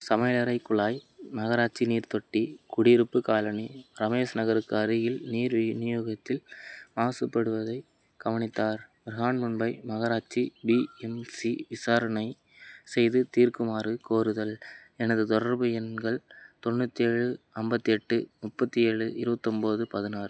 சமையலறை குழாய் நகராட்சி நீர் தொட்டி குடியிருப்பு காலனி ரமேஷ் நகருக்கு அருகில் நீர் விநியோகத்தில் மாசுபடுவதைக் கவனித்தார் ப்ரஹான்மும்பை நகராட்சி பிஎம்சி விசாரணை செய்து தீர்க்குமாறு கோருதல் எனது தொடர்பு எண்கள் தொண்ணூத்தேழு ஐம்பத்தெட்டு முப்பத்தி ஏழு இருபத்தொம்போது பதினாறு